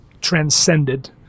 transcended